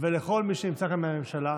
וכל מי שנמצא פה מהממשלה: